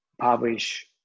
publish